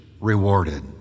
rewarded